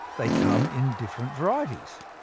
they come in different varieties.